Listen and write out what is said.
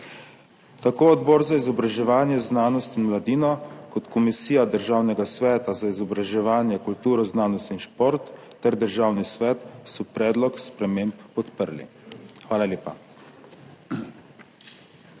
Tako Odbor za izobraževanje, znanost in mladino kot Komisija Državnega sveta za izobraževanje, kulturo, znanost, šport in mladino ter Državni svet so predlog sprememb podprli. Hvala lepa.